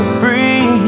free